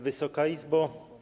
Wysoka Izbo!